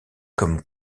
comme